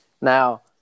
Now